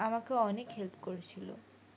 আমাকে অনেক হেল্প করেছিলো